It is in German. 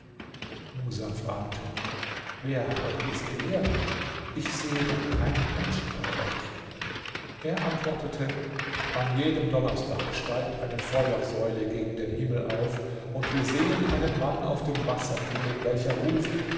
musa fragte wer hat euch dies gelehrt ich sehe doch keinen menschen bei euch er antwortete an jedem donnerstag steigt eine feuersäule gegen den himmel auf und wir sehen einen mann auf dem wasser gehen welcher ruft